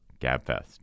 GABFEST